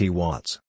watts